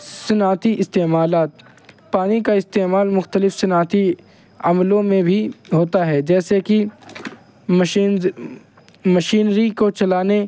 صنعتی استعمالات پانی کا استعمال مختلف صنعتی عملوں میں بھی ہوتا ہے جیسے کہ مشینری مشینری کو چلانے